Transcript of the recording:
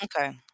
okay